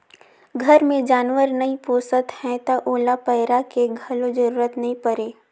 घर मे जानवर नइ पोसत हैं त ओला पैरा के घलो जरूरत नइ परे